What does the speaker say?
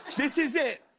this is it.